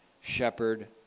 shepherd